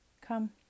Come